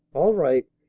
all right.